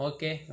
Okay